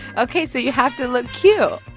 ok. so you have to look cute.